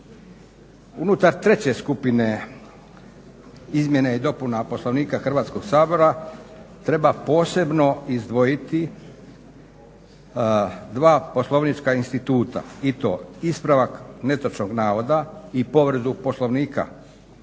Unutar treće skupine izmjene i dopuna Poslovnika Hrvatskog sabora treba posebno izdvojiti dva poslovnička instituta i to ispravak netočnog navoda i povredu Poslovnika. Iako